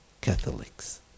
Catholics